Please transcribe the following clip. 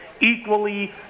equally